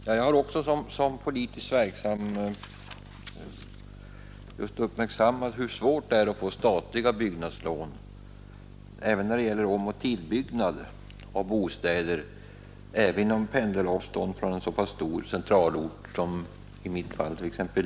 Herr talman! Också jag har som politiskt verksam märkt hur svårt det är att få statliga byggnadslån, även när det gäller omoch tillbyggnad av bostäder i områden som ligger inom pendelavstånd från t.ex. en så pass stor centralort som Luleå.